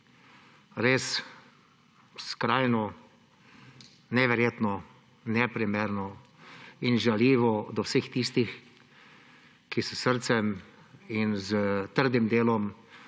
Res skrajno neverjetno, neprimerno in žaljivo do vseh tistih, ki s srcem in s trdim delom,